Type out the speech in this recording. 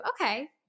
okay